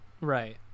right